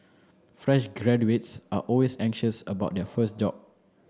fresh graduates are always anxious about their first job